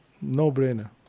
no-brainer